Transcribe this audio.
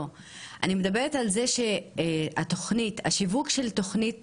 אני מדברת על זה שהשיווק של תכנית צוערים,